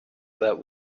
that